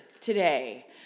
today